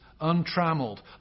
untrammeled